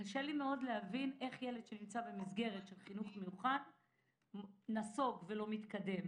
קשה לי מאוד להבין איך ילד שנמצא במסגרת של חינוך מיוחד נסוג ולא מתקדם.